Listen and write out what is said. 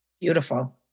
Beautiful